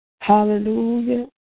Hallelujah